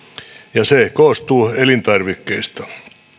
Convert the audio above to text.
ja se koostuu elintarvikkeista